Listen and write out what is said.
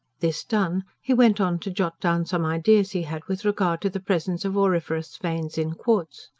this done, he went on to jot down some ideas he had, with regard to the presence of auriferous veins in quartz.